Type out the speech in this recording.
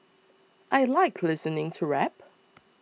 I like listening to rap